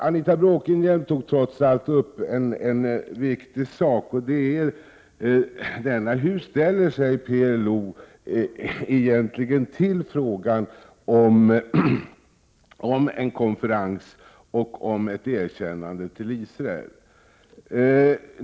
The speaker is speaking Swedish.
Anita Bråkenhielm tog trots allt upp en viktig sak, och det är denna: Hur ställer sig PLO till frågan om en konferens och om ett erkännande av Israel?